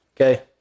okay